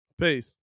Peace